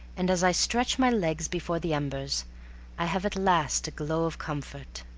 and as i stretch my legs before the embers i have at last a glow of comfort,